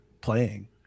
playing